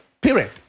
Period